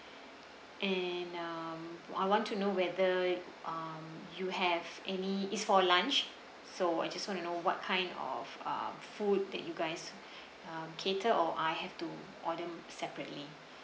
and uh I want to know whether um you have any it's for lunch so I just want to know what kind of uh food that you guys uh cater or I have to order separately